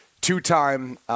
two-time